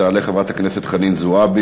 תעלה חברת הכנסת זועבי,